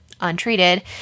Untreated